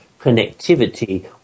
connectivity